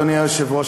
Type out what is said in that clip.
אדוני היושב-ראש.